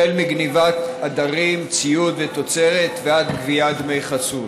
מגנבת עדרים, ציוד ותוצרת, ועד גביית דמי חסות.